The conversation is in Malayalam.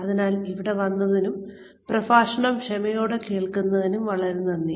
അതിനാൽ ഇവിടെ വന്നതിനും പ്രഭാഷണം ക്ഷമയോടെ കേൾക്കുന്നതിനും വളരെ നന്ദി